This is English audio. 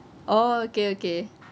oh okay okay